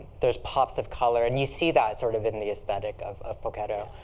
there's pops of color. and you see that sort of in the aesthetic of of poketo.